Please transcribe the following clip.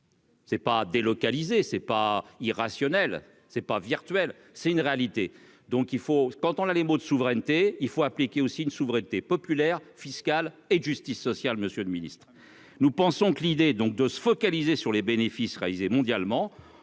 C'est pas délocaliser c'est pas irrationnel, ce n'est pas virtuel, c'est une réalité, donc il faut quand on a les mots de souveraineté, il faut appliquer aussi une souveraineté populaire fiscal et de justice sociale, Monsieur le Ministre, nous pensons que l'idée donc de se focaliser sur les bénéfices réalisés mondialement